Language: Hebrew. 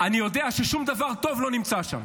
אני יודע ששום דבר טוב לא נמצא שם.